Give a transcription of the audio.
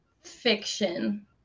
Fiction